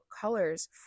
colors